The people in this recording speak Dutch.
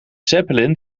zeppelin